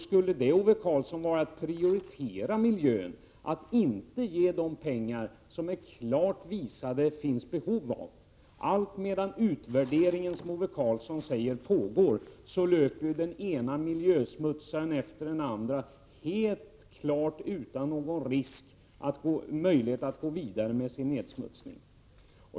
Skulle det, Ove Karlsson, vara att prioritera miljön när man inte anslår de pengar som det är klart bevisat att det finns behov av! Allt medan utvärderingen som Ove Karlsson talar om pågår kan den ena miljönedsmutsaren efter den andra utan risk fortsätta med sin nedsmutsning.